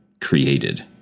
created